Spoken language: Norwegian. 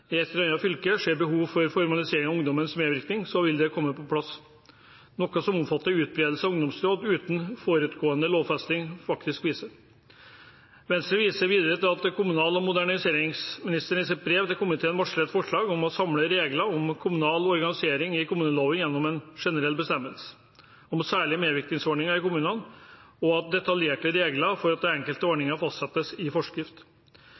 eller et fylke ser behov for å formalisere ungdoms medvirkning, så vil det komme på plass, noe den omfattende utbredelsen av ungdomsråd, uten forutgående lovfesting, faktisk viser. Venstre viser videre til at kommunal- og moderniseringsministeren i sitt brev til komiteen varsler et forslag om å samle regler om kommunal organisering i kommuneloven gjennom en generell bestemmelse om særlige medvirkningsordninger i kommunene, og at detaljerte regler for de enkelte ordningene fastsettes i forskrift.